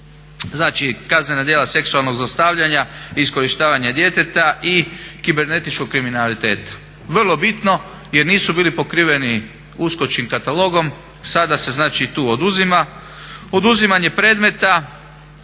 Znači kaznena djela seksualnog zlostavljanja i iskorištavanja djeteta i kibernetičkog kriminaliteta. Vrlo bitno jer nisu bili pokriveni uskočkim katalogom, sada se znači tu oduzima. Oduzimanje predmeta,